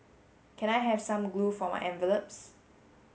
can I have some glue for my envelopes